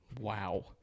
Wow